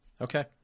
Okay